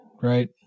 right